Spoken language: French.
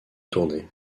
tournée